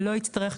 לא יצטרך,